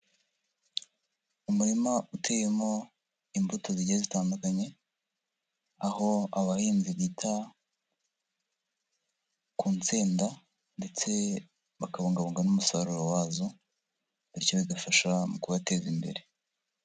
Umurima uteyemo imbuto zijyiye zitandukanye, aho abahinzi bita ku nsenda ndetse bakabungabunga n'umusaruro wazo, bityo bigafasha mu kubateza imbere.